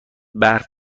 برف